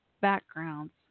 backgrounds